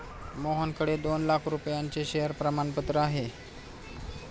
मोहनकडे दोन लाख रुपयांचे शेअर प्रमाणपत्र आहे